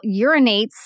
urinates